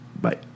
Bye